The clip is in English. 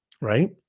right